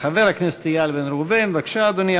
חבר הכנסת איל בן ראובן, בבקשה, אדוני.